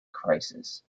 crisis